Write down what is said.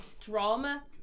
drama